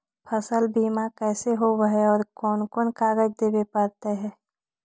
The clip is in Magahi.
फसल बिमा कैसे होब है और कोन कोन कागज देबे पड़तै है?